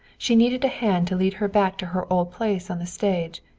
she needed a hand to lead her back to her old place on the stage,